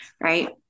Right